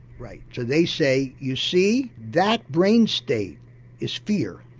right, so they say you see, that brain state is fear',